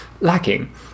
lacking